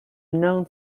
known